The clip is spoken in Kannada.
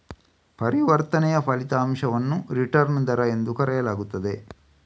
ಪರಿವರ್ತನೆಯ ಫಲಿತಾಂಶವನ್ನು ರಿಟರ್ನ್ ದರ ಎಂದು ಕರೆಯಲಾಗುತ್ತದೆ